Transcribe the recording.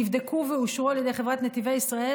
נבדקו ואושרו על ידי חברת נתיבי ישראל